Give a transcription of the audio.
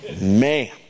Man